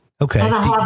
Okay